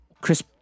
Chris